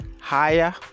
higher